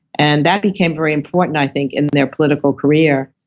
and that became very important i think in their political career.